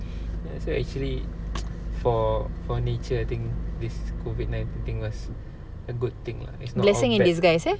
ya so actually for for nature I think this COVID nineteen thing was a good thing lah it's not all bad